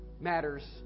matters